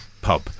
pub